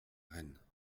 rennes